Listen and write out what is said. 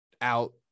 out